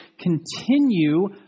continue